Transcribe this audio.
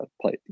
play